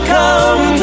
come